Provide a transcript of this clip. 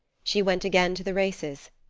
she went again to the races,